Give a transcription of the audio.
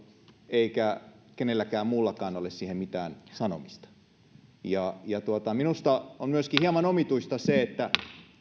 eikä kenelläkään muullakaan ole siihen mitään sanomista minusta on myöskin hieman omituista että